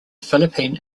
philippine